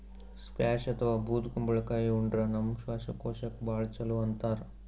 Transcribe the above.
squash ಅಥವಾ ಬೂದ್ ಕುಂಬಳಕಾಯಿ ಉಂಡ್ರ ನಮ್ ಶ್ವಾಸಕೋಶಕ್ಕ್ ಭಾಳ್ ಛಲೋ ಅಂತಾರ್